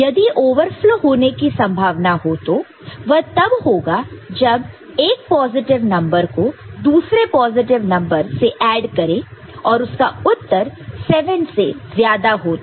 यदि ओवरफ्लो होने की संभावना हो तो वह तब होगा जब 1 पॉजिटिव नंबर को दूसरे पॉजिटिव नंबर से ऐड करें और उसका उत्तर 7 से ज्यादा हो तो